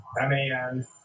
M-A-N